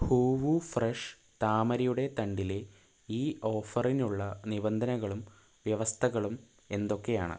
ഹൂവു fresh താമരയുടെ തണ്ടിലെ ഈ ഓഫറിനുള്ള നിബന്ധനകളും വ്യവസ്ഥകളും എന്തൊക്കെയാണ്